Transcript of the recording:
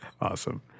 Awesome